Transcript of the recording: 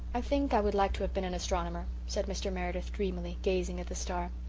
i think i would like to have been an astronomer, said mr. meredith dreamily, gazing at the star.